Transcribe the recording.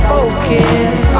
Focus